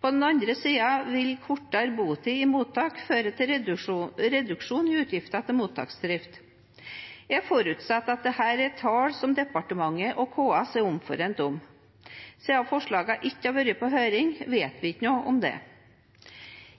På den annen side vil kortere botid i mottak føre til reduksjon i utgifter til mottaksdrift. Jeg forutsetter at dette er tall som departementet og KS er omforent om. Siden forslagene ikke har vært på høring, vet vi ikke noe om det.